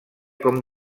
com